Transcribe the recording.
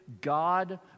God